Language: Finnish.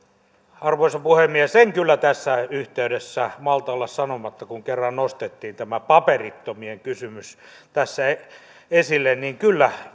arvoisa puhemies en kyllä tässä yhteydessä malta olla sanomatta kun kerran nostettiin tämä paperittomien kysymys tässä esille että kyllä